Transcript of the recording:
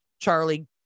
Charlie